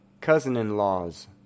Cousin-in-laws